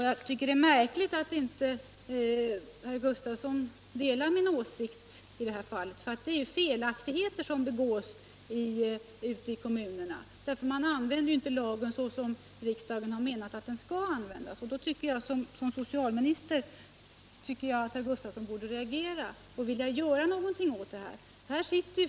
Jag tycker att det är märkligt att inte herr Gustavsson delar min åsikt i det här fallet, för det är ju felaktigheter som begås ute i kommunerna; man använder inte lagen så som riksdagen har menat att den skall användas. Såsom socialminister borde då herr Gustavsson reagera och vilja göra någonting åt saken.